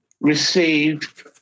received